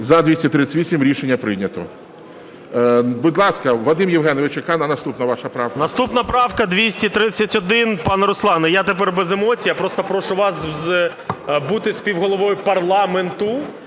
За-238 Рішення прийнято. Будь ласка, Вадим Євгенович, яка наступна ваша правка? 13:55:15 ІВЧЕНКО В.Є. Наступна правка 231. Пане Руслане, я тепер без емоцій. Я просто прошу вас бути співголовою парламенту